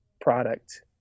product